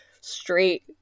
straight